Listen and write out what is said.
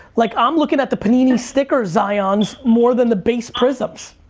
like i'm looking at the panini sticker zions more than the base prizms.